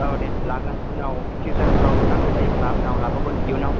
औ दे लागोन उनाव फिउचारफ्राव नांगौ जायोब्ला उनाव लाबावगोन इयुनाव